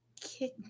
kick